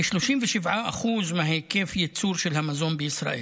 כ-37% מהיקף הייצור של המזון בישראל,